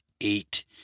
eight